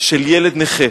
של ילד נכה,